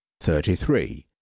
thirty-three